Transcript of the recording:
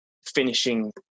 finishing